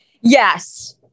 Yes